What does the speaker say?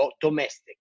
domestic